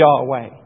Yahweh